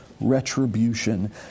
retribution